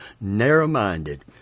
narrow-minded